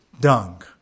dung